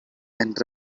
and